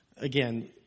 again